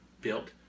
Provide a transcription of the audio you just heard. built